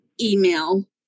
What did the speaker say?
email